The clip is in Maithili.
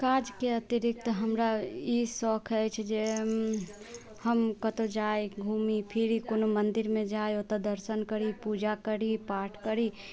काजके अतिरिक्त हमरा ई शौख अछि जे हम कतौ जाइ घूमि फिरी कोनो मन्दिर मे जाइ ओतऽ दर्शन करी पूजा करी पाठ करी